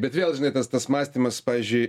bet vėl žinai tas tas mąstymas pavyzdžiui